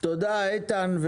תודה איתן,